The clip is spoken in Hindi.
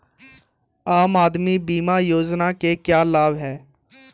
आम आदमी बीमा योजना के क्या लाभ हैं?